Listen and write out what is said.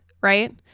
right